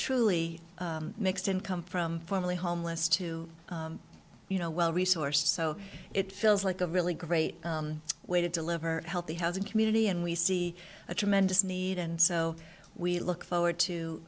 truly mixed income from formerly homeless to you know well resourced so it feels like a really great way to deliver healthy housing community and we see a tremendous need and so we look forward to